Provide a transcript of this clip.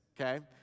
okay